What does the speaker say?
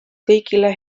kõigile